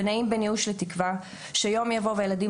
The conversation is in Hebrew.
ונעים בין ייאוש לתקווה שיום יבוא והילדים